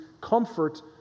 comfort